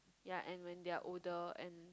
yea and when they are older and